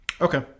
Okay